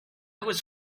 was